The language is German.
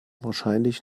wahrscheinlich